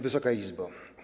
Wysoka Izbo!